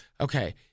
okay